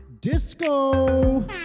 Disco